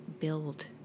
build